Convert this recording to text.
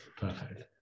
perfect